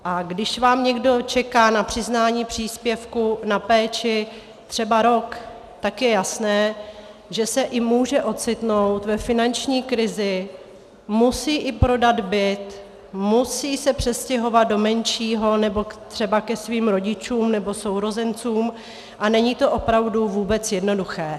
A když vám někdo čeká na přiznání příspěvku na péči třeba rok, tak je jasné, že se může ocitnout i ve finanční krizi, musí i prodat byt, musí se přestěhovat do menšího, nebo třeba ke svým rodičům, nebo sourozencům a není to opravdu vůbec jednoduché.